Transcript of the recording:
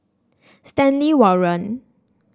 Stanley Warren